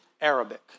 Arabic